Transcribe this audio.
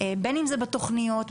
בין אם זה בתכניות,